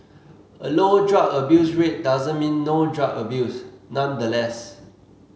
a low drug abuse rate doesn't mean no drug abuse nonetheless